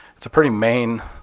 it's a pretty main